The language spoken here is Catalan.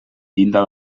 llinda